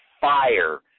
fire